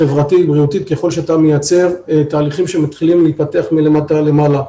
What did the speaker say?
חברתית ובריאותית ככל שאתה מייצר תהליכים שמתחילים להתפתח מלמטה למעלה.